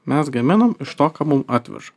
mes gaminam iš to ką mum atveža